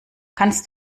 kannst